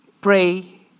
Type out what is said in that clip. pray